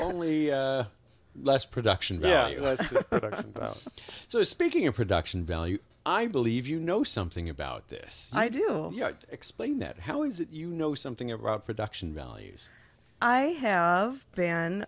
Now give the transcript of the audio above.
only less production yeah so speaking of production value i believe you know something about this i do explain it how is it you know something about production values i have been